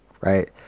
right